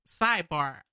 sidebar